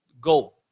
go